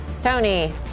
Tony